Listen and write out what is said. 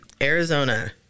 Arizona